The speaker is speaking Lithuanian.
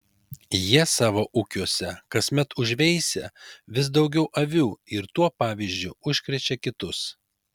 jie savo ūkiuose kasmet užveisia vis daugiau avių ir tuo pavyzdžiu užkrečia kitus